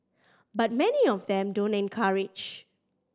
but many of them don't encourage